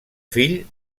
fill